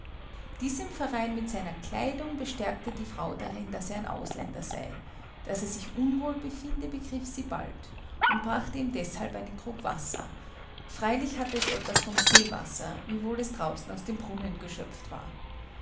dies im verein mit seiner kleidung bestärkte die frau darin daß er ein ausländer sei daß er sich unwohl befinde begriff sie bald und brachte ihm deshalb einen krug wasser freilich hatte es etwas vom seewasser wiewohl es draußen aus dem brunnen geschöpft war